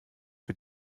für